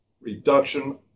reduction